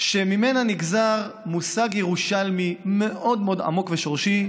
שממנה נגזר מושג ירושלמי מאוד מאוד עמוק ושורשי,